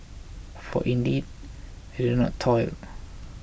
for indeed they don't toil